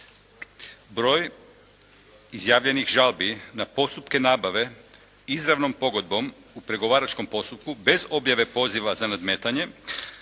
Broj izjavljenih žalbi na postupke nabave izravnom pogodbom u pregovaračkom postupku bez objave poziva za nadmetanje